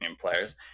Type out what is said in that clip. players